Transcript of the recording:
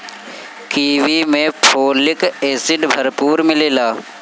kiwi में folic acid भरपूर मिलेला